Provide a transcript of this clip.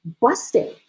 busting